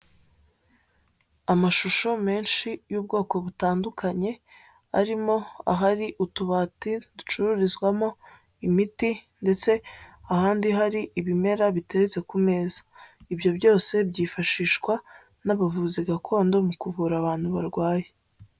Amashusho menshi y'ubwoko butandukanye, arimo ahari utubati ducururizwamo imiti ndetse ahandi hari ibimera biteretse ku meza. Ibyo byose byifashishwa n'abavuzi gakondo mu kuvura abantu barwaye.